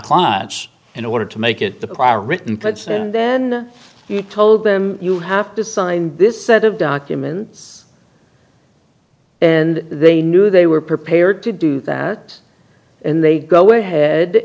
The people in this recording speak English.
client in order to make it the prior written touched and then told them you have to sign this set of documents and they knew they were prepared to do that and they go ahead